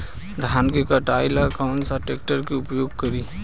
धान के कटाई ला कौन सा ट्रैक्टर के उपयोग करी?